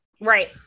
Right